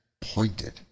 pointed